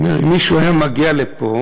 אם מישהו היה מגיע לפה